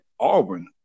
auburn